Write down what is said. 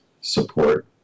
support